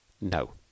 No